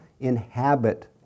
inhabit